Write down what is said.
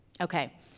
Okay